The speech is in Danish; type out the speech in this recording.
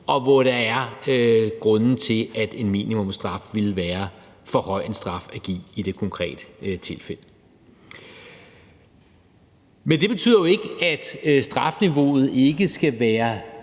og hvor der er grunde til, at en minimumsstraf vil være for høj en straf at give i det konkrete tilfælde. Men det betyder jo ikke, at strafniveauet ikke skal være